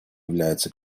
являются